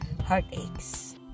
heartaches